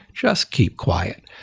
just keep quiet.